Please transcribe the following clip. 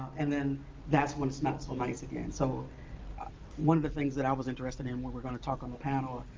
and then that's when it's not so nice again. so one of the things that i was interested in, what we're gonna talk on the panel,